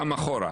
גם אחורה,